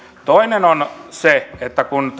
toinen on se että kun